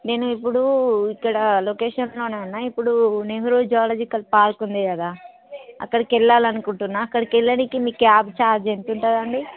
నేను ఇప్పుడు ఇక్కడ లొకేషన్లో ఉన్నాను ఇప్పుడు నెహ్రూ జువలాజికల్ పార్క్ ఉంది కదా అక్కడికి వెళ్ళాలి అనుకుంటున్నాను అక్కడికి వెళ్ళడానికి మీ క్యాబ్ ఛార్జ్ ఎంత ఉంటుంది అండి